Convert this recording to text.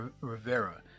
Rivera